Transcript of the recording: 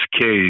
case